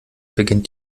beginnt